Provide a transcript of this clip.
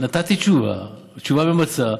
נתתי תשובה, תשובה ממצה.